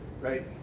Right